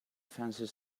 fancier